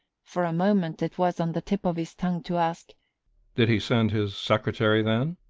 for a moment it was on the tip of his tongue to ask did he send his secretary, then?